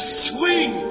swing